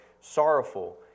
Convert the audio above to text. sorrowful